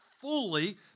fully